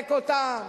לחבק אותם,